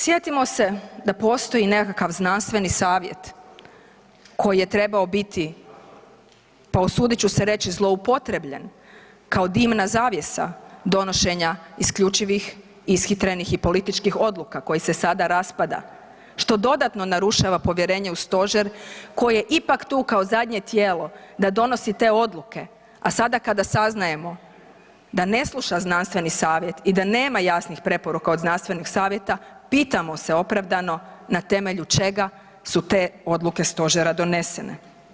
Sjetimo se da postoji nekakav znanstveni savjet koji je trebao biti pa usudit ću se reći zloupotrijebljen kao dimna zavjesa donošenja isključivih, ishitrenih i političkih odluka koji se sada raspada, što dodatno narušava povjerenje u stožer koji je ipak tu kao zadnje tijelo da donosi te odluke, a sada kada saznajemo da ne sluša znanstveni savjet i da nema jasnih preporuka od znanstvenog savjeta pitamo se opravdano na temelju čega su te odluke stožera donesene.